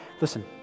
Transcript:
listen